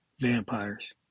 vampires